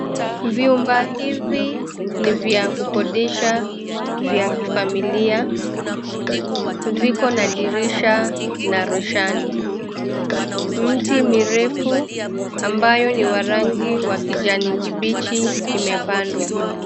Nyumba hizi ni za kukodisha, za kifamilia, ziko na dirisha na roshani. Mti mirefu ambayo ni wa rangi ya kijani kibichi imepandwa.